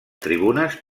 tribunes